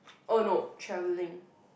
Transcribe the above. oh no travelling